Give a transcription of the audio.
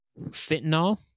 fentanyl